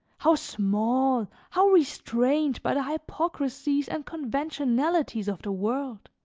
how small, how restrained by the hypocrisies and conventionalities of the world